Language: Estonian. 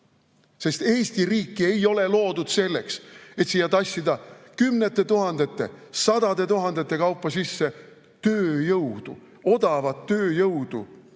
Sest Eesti riiki ei ole loodud selleks, et tassida siia kümnete tuhandete, sadade tuhandete kaupa sisse tööjõudu, odavat tööjõudu,